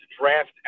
draft